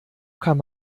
kann